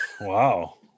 Wow